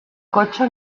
cotxe